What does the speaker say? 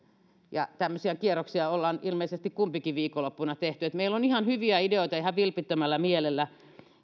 ja tämmöisiä kierroksia olemme ilmeisesti kumpikin viikonloppuna tehneet että meillä on ihan hyviä ideoita ja olemme ihan vilpittömällä mielellä